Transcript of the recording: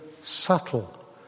subtle